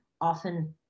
often